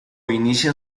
inician